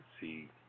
see